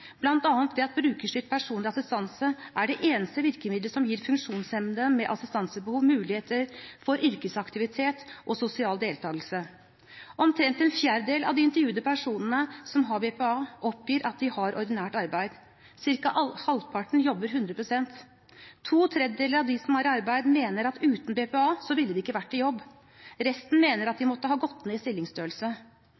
bl.a. ved at brukerstyrt personlig assistanse er det eneste virkemidlet som gir funksjonshemmede med assistansebehov muligheter for yrkesaktivitet og sosial deltakelse. Omtrent en fjerdedel av de intervjuede personene som har BPA, oppgir at de har ordinært arbeid, ca. halvparten jobber 100 pst. To tredjedeler av dem som er i arbeid, mener at uten BPA ville de ikke vært i jobb. Resten mener at de